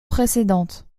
précédente